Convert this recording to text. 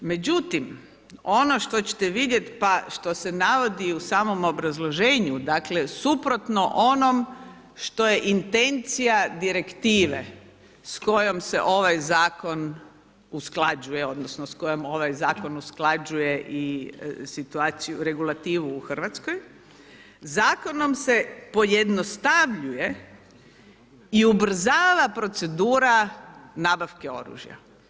Međutim, ono što ćete vidjet, pa što se navodi u samom obrazloženju dakle, suprotno onom što je intencija direktive s kojom se ovaj zakon usklađuje odnosno s kojom ovaj zakon usklađuje i situaciju, regulativu u Hrvatskoj, zakonom se pojednostavljuje i ubrzava procedura nabavke oružja.